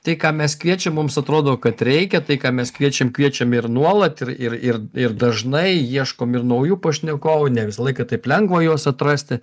tai ką mes kviečiam mums atrodo kad reikia tai ką mes kviečiam kviečiam ir nuolat ir ir ir ir dažnai ieškom ir naujų pašnekovų ne visą laiką taip lengva juos atrasti